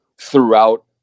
throughout